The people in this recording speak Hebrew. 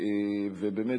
ובאמת,